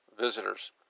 visitors